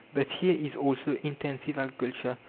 but here is also intensive agriculture,